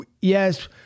yes